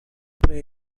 pre